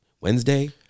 Wednesday